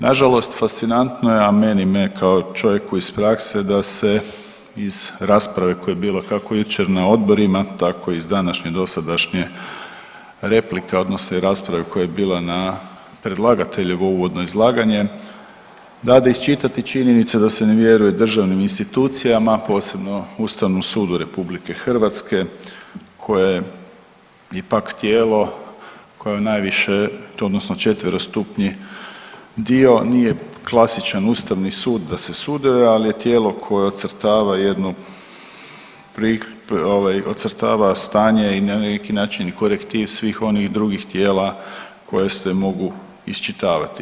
Nažalost, fascinantno je, a meni me kao čovjeku iz prakse da se iz rasprave koja je bila kako jučer na odborima tako iz današnje dosadašnje replika odnosno i rasprave koja je bila na predlagateljevo uvodno izlaganje dade iščitati činjenica da se ne vjeruje državnim institucijama, a posebno Ustavnom sudu RH koje je pak tijelo koje najviše odnosno četverostupni dio nije klasičan ustavni sud da se suduje, ali je tijelo koje ocrtava jednu ovaj ocrtava stanje i na neki način i korektiv svih onih drugih tijela koje se mogu iščitavati.